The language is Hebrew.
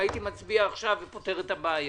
מצביע ופותר את הבעיה.